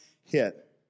hit